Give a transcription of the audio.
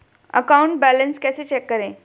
Account balance कैसे check करें?